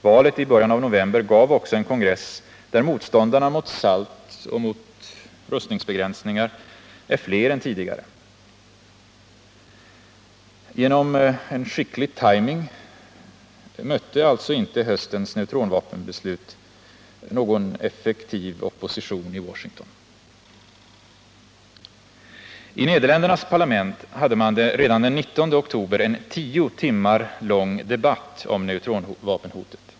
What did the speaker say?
Valet i början av november gav också en kongress där motståndarna mot SALT och mot rustningsbegränsningar är fler än tidigare. Genom en skicklig timing uppnådde man alltså att höstens neutronvapenbeslut inte mötte någon opposition i Washington. I Nederländernas parlament hade man redan den 19 oktober en tio timmar lång debatt om neutronvapenhotet.